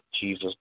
Jesus